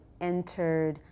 entered